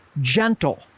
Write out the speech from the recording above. gentle